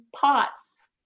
pots